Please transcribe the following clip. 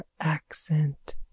accent